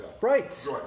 right